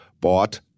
bought